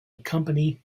accompany